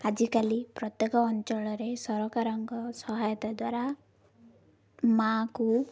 ଆଜିକାଲି ପ୍ରତ୍ୟେକ ଅଞ୍ଚଳରେ ସରକାରଙ୍କ ସହାୟତା ଦ୍ୱାରା ମା'କୁ